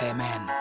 Amen